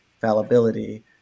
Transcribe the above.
fallibility